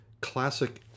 classic